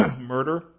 murder